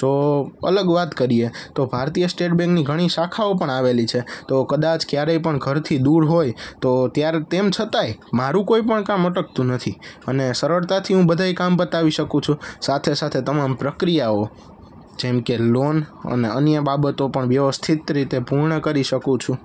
જો અલગ વાત કરીએ તો ભારતીય સ્ટેટ બૅન્કની ઘણી શાખાઓ પણ આવેલી છે તો કદાચ ક્યારેય પણ ઘરથી દૂર હોય તો ત્યારે તેમ છતાંય મારું કોઈપણ કામ અટકતું નથી અને સરળતાથી હું બધાય કામ પતાવી શકું છું સાથે સાથે તમામ પ્રક્રિયાઓ જેમકે લોન અને અન્ય બાબતો પણ વ્યવસ્થિત રીતે પૂર્ણ કરી શકું છું